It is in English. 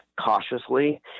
cautiously